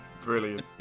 Brilliant